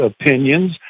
opinions